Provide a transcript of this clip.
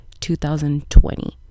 2020